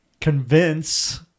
convince